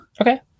Okay